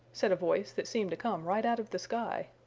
said a voice that seemed to come right out of the sky.